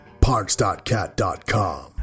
Parks.cat.com